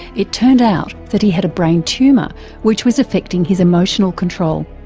it turned out that he had a brain tumour which was affecting his emotional control.